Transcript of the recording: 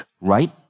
right